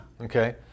Okay